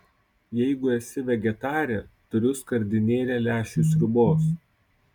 jeigu esi vegetarė turiu skardinėlę lęšių sriubos